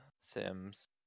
Sims